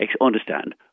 understand